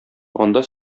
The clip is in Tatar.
анда